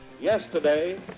Yesterday